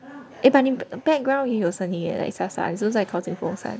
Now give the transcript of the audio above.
eh but 你 background 有声音 eh 小小你是不是在靠近风扇